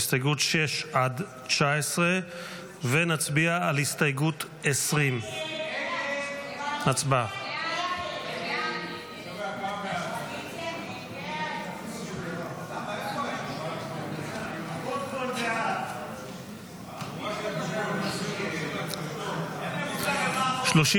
הסתייגות 6 עד 19. נצביע על הסתייגות 20. הצבעה.